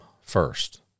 first